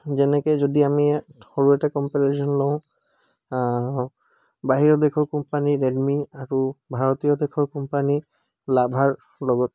যেনেকৈ যদি আমি সৰু এটা কম্পিটিশ্য়ন লওঁ বাহিৰৰ দেশৰ কোম্পানী ৰেডমি আৰু ভাৰতীয় দেশৰ কোম্পানী লাভাৰ লগত